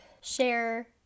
share